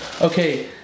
okay